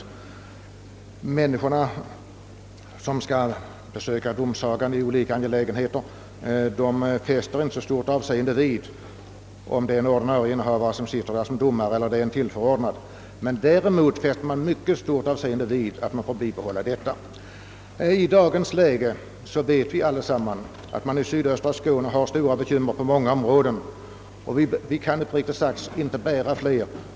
De människor som skall besöka domsagan i olika angelägenheter fäster inte så stort avseende vid, om en ordinarie eller en tillförordnad innehavare av tjänsten sitter som domare. Däremot fäster man mycket stort avseende vid att man får behålla sitt nuvarande tingsställe och domsaga. I dagens läge har vi i sydöstra Skåne stora bekymmer på många områden och vi kan uppriktigt sagt inte bära fler.